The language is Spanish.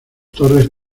torres